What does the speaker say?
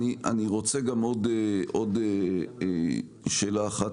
אני רוצה לשאול עוד שאלה אחת,